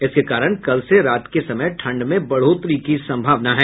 इसके कारण कल से रात के समय ठंड में बढ़ोतरी की संभावना है